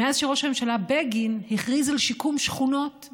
מאז שראש הממשלה בגין הכריז על שיקום שכונות,